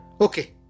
Okay